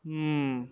um